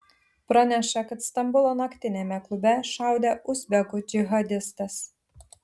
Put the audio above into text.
praneša kad stambulo naktiniame klube šaudė uzbekų džihadistas